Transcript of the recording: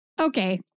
Okay